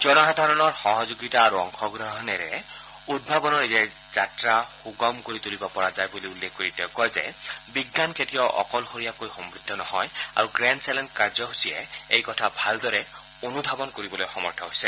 জনসাধাৰণৰ সহযোগিতা আৰু অংশগ্ৰহণেৰে উদ্ভাবনৰ এই যাত্ৰা আৰম্ভ কৰিব পৰা যায় বুলি উল্লেখ কৰি তেওঁ কয় যে বিজ্ঞান কেতিয়াও অকলশৰীয়াকৈ সমৃদ্ধ নহয় আৰু গ্ৰেণ্ড চেলেঞ্জ কাৰ্যসূচীয়ে এই কথা ভালদৰে অনুধাৱন কৰিবলৈ সমৰ্থ হৈছে